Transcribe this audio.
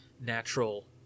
natural